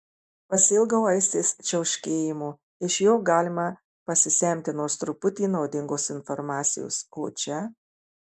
pasiilgau aistės čiauškėjimo iš jo galima pasisemti nors truputį naudingos informacijos o čia